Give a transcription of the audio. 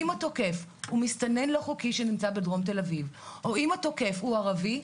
אם התוקף הוא מסתנן לא חוקי שנמצא בדרום תל אביב או אם התוקף הוא ערבי,